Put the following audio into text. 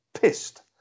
pissed